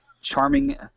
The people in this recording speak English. charming